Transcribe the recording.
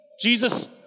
Jesus